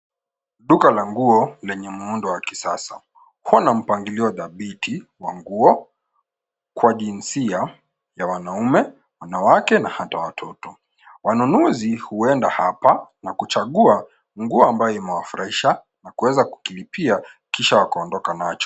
Duka la nguo lenye muundo wa kisasa ikiwa na mpangilio dhabiti wa nguo kwa jinsia ya wanaume, wanawake na hata watoto. Wanunuzi huenda hapa na kuchagua nguo ambayo imewafurahisha na kuweza kukilipia kisha wakaondoka nacho.